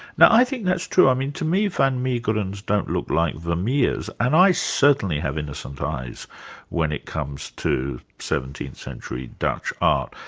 now i think that's true, i mean to me, van meegerens don't look like vermeers, and i certainly have innocent eyes when it comes to seventeenth century dutch art.